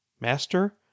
Master